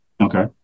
Okay